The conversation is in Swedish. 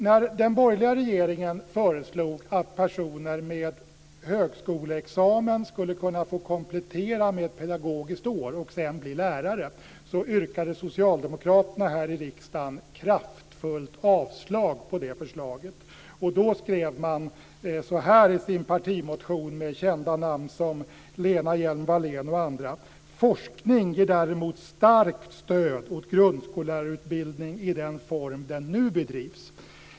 När den borgerliga regeringen föreslog att personer med högskoleexamen skulle kunna få komplettera med ett pedagogiskt år och sedan bli lärare yrkade socialdemokraterna här i riksdagen kraftfullt avslag på det förslaget. Så här skrev man i sin partimotion, undertecknad av kända namn som bl.a. Lena Hjelm Wallén: "Forskning ger däremot starkt stöd åt grundskollärarutbildningen i den form den nu bedrivs."